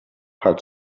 had